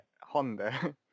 Honda